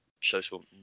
social